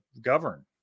govern